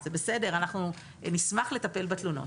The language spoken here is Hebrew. זה בסדר, אנחנו נשמח לטפל בתלונות.